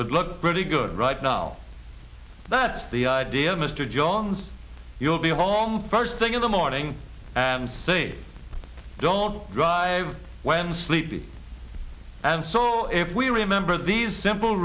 with look pretty good right now that's the idea of mr jones you'll be home first thing in the morning and say don't drive when i'm sleepy and so if we remember these simple